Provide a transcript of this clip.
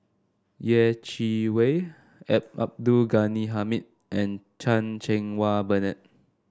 Yeh Chi Wei A Abdul Ghani Hamid and Chan Cheng Wah Bernard